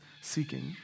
seeking